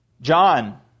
John